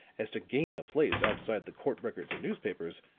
as to gain a place outside the court records and newspapers,